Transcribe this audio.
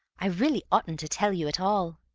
i really oughtn't to tell you at all!